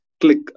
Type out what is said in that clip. click